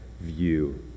view